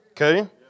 Okay